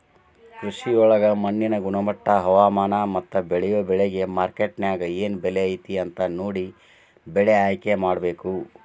ಕೃಷಿಯೊಳಗ ಮಣ್ಣಿನ ಗುಣಮಟ್ಟ, ಹವಾಮಾನ, ಮತ್ತ ಬೇಳಿಯೊ ಬೆಳಿಗೆ ಮಾರ್ಕೆಟ್ನ್ಯಾಗ ಏನ್ ಬೆಲೆ ಐತಿ ಅಂತ ನೋಡಿ ಬೆಳೆ ಆಯ್ಕೆಮಾಡಬೇಕು